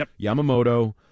Yamamoto